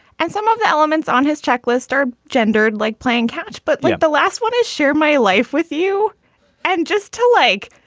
and some of the elements on his checklist are gendered like playing catch. but like the last one is share my life with you and just to, like,